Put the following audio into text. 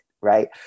right